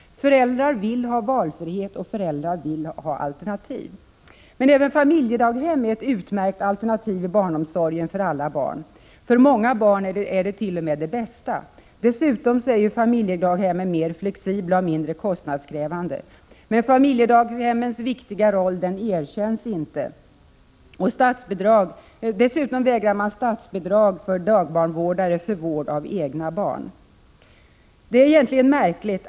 Föräldrar vill ha valfrihet och alternativ. Men även familjedaghem är ett utmärkt alternativ i barnomsorgen för alla barn — för många är de t.o.m. det bästa. Dessutom är familjedaghemmen mer flexibla och mindre kostnadskrävande. Men familjedaghemmens viktiga roll erkänns inte. Dessutom vägrar man att ge statsbidrag till dagbarnvårdare för vård av egna barn. Det är egentligen märkligt.